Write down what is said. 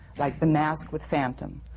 like, the mask with phantom,